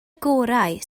gorau